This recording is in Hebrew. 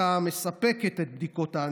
אבל אתה שאלת על חברה שמספקת את בדיקות האנטיגן,